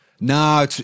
No